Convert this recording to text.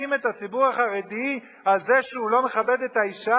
את הציבור החרדי על זה שהוא לא מכבד את האשה?